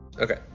Okay